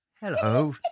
Hello